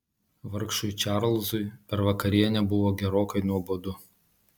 vargšui čarlzui per vakarienę buvo gerokai nuobodu